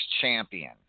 Champion